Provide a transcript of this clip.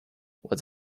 was